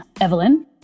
Evelyn